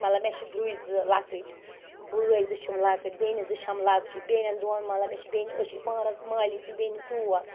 مَطلَب مےٚ چھِ دُرٛرُۍ زٕ لۄکٕٹھۍ بٲے زٕ چھِم لۄکٕٹۍ بٮ۪نہِ زٕ چھٮ۪م لۄکچہِ بٮ۪نٮ۪ن دۄن مَطلَب مےٚ چھِ بینہِ أسۍ چھِ پانَس مالٕنۍ کِنۍ بٮ۪نہِ ژور